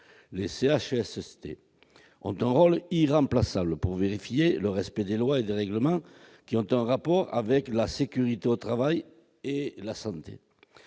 les CHSCT ont un rôle irremplaçable pour vérifier que les lois et règlements qui ont un rapport avec la sécurité au travail et la santé